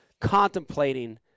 contemplating